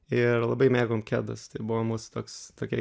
ir labai mėgom kedus tai buvo mūsų toks tokia